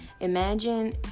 imagine